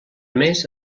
més